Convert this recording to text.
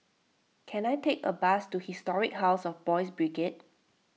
can I take a bus to Historic House of Boys' Brigade